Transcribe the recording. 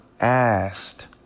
asked